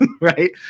right